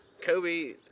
Kobe